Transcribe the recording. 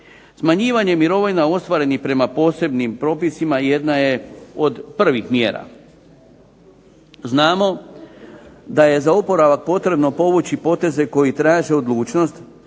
Smanjivanje mirovina ostvarenih prema posebnim propisima jedna je od prvih mjera. Znamo da je za oporavak potrebno povući poteze koji traže odlučnost